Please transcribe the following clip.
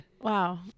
Wow